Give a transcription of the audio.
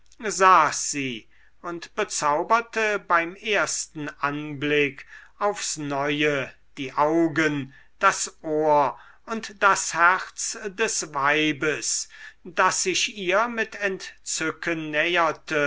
sie und bezauberte beim ersten anblick aufs neue die augen das ohr und das herz des weibes das sich ihr mit entzücken